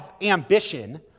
ambition